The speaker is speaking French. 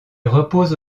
repose